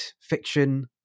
fiction